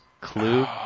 Clue